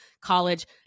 college